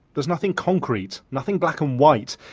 there's nothing concrete, nothing black and white,